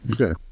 okay